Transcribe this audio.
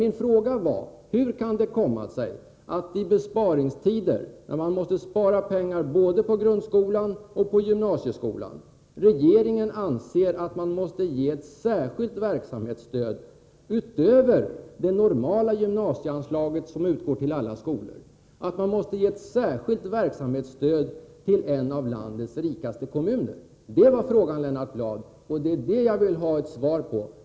Min fråga var emellertid: Hur kan det komma sig att regeringen i besparingstider — när det måste sparas pengar både på grundskolan och på gymnasieskolan — anser att man, utöver det normala gymnasieanslag som utgår till alla skolor, måste ge ett särskilt verksamhetsstöd till en av landets rikaste kommuner? Det var frågan, Lennart Bladh. Det är den som jag vill ha ett svar på.